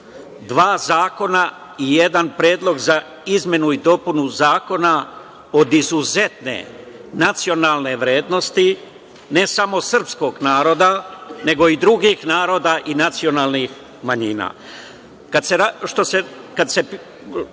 zakona i jedan predlog za izmenu i dopunu zakona, od izuzetne nacionalne vrednosti, ne samo srpskog naroda nego i drugih naroda i nacionalnih manjina. Kada